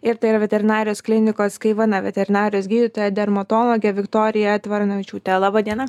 ir tai yra veterinarijos klinikos kaivana veterinarijos gydytoja dermatologė viktorija tvaronavičiūtė laba diena